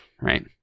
right